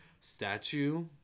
statue